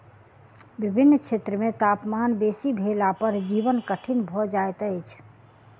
विभिन्न क्षेत्र मे तापमान बेसी भेला पर जीवन कठिन भ जाइत अछि